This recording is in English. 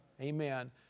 amen